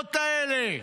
והקריאות האלה.